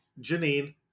Janine